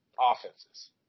offenses